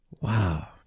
Wow